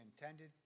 intended